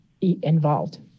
involved